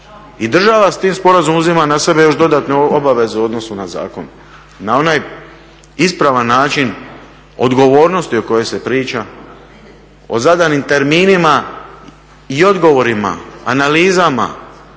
I država s tim sporazumom uzima na sebe još dodatnu obavezu u odnosu na zakon. Na onaj ispravan način odgovornosti o kojoj se priča, o zadanim terminima i odgovorima, analizama